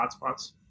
hotspots